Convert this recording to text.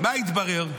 מה התברר?